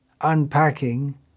unpacking